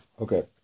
okay